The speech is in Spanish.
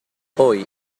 hoy